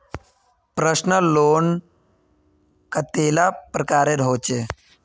Personal loan कतेला प्रकारेर होचे?